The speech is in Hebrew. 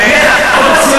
לצרכים